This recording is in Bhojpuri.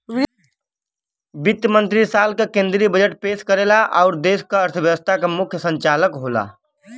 वित्त मंत्री साल क केंद्रीय बजट पेश करेला आउर देश क अर्थव्यवस्था क मुख्य संचालक होला